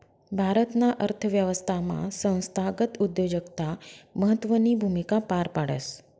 भारताना अर्थव्यवस्थामा संस्थागत उद्योजकता महत्वनी भूमिका पार पाडस